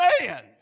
man